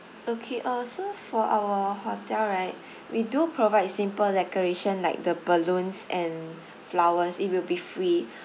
okay uh so for our hotel right we do provide simple decoration like the balloons and flowers it will be free